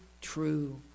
true